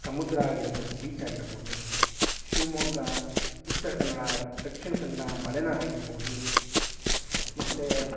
ಸಮುದ್ರ ಆಗಿರ್ಬೋದು ಬೀಚ್ ಆಗಿರ್ಬೋದು ಶಿವಮೊಗ್ಗ ಉತ್ತರ ಕನ್ನಡ ದಕ್ಷಿಣ ಕನ್ನಡ ಮಲೆನಾಡು ಆಗಿರ್ಬೋದು ಮತ್ತು